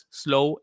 slow